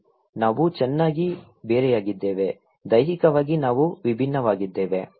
ಹೌದು ನಾವು ಚೆನ್ನಾಗಿ ಬೇರೆಯಾಗಿದ್ದೇವೆ ದೈಹಿಕವಾಗಿ ನಾವು ವಿಭಿನ್ನವಾಗಿದ್ದೇವೆ